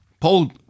Paul